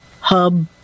hub